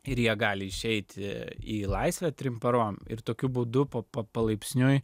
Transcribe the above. ir jie gali išeiti į laisvę trim parom ir tokiu būdu po palaipsniui